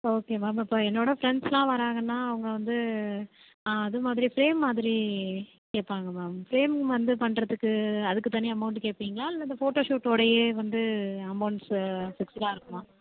okay ma'am இப்போ என்னோடய ஃப்ரெண்ட்ஸ்லாம் வராங்கன்னா அவங்க வந்து அது மாதிரி ஃப்ரேம் மாதிரி கேட்பாங்க மேம் ஃப்ரேம் வந்து பண்ணுறதுக்கு அதுக்கு தனி அமௌன்டு கேட்பிங்களா இல்லை இந்த ஃபோட்டோ ஷூட்டோடயே வந்து அமௌன்ட்ஸ் ஃபிக்ஸ்டாக இருக்குமா